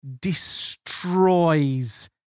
destroys